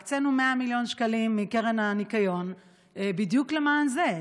כבר הקצינו 100 מיליון שקלים מקרן הניקיון בדיוק למען זה,